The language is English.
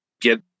get